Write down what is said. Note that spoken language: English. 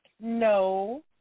no